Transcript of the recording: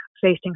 Facing